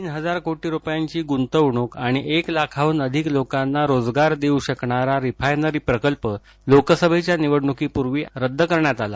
तीन हजार कोटी रुपयांची गुंतवणूक आणि एक लाखाहून अधिक लोकांना रोजगार देऊ शकणारा रिफायनरी प्रकल्प प्रकल्प लोकसभेच्या निवडणुकीच्या पूर्वी रद्द करण्यात आला